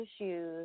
issues